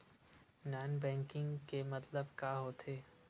Non banking के मतलब का होथे?